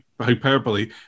hyperbole